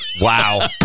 Wow